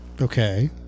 Okay